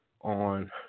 on